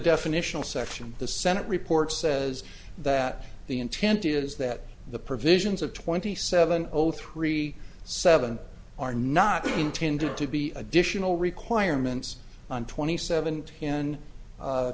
definitional section the senate report says that the intent is that the provisions of twenty seven zero three seven are not intended to be additional requirements on twenty seven